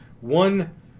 One